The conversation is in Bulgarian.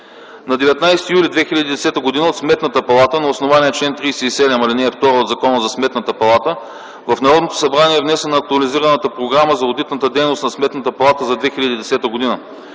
На 19 юли 2010 г. от Сметната палата на основание чл. 37, ал. 2 от Закона за Сметната палата, в Народното събрание е внесена Актуализираната програма за одитната дейност на Сметната палата за 2010 г.